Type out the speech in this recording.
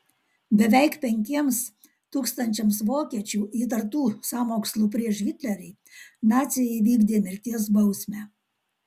beveik penkiems tūkstančiams vokiečių įtartų sąmokslu prieš hitlerį naciai įvykdė mirties bausmę